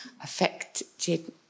affected